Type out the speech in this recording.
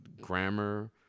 grammar